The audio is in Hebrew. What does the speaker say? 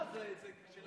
זה לא טרומית.